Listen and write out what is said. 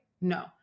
No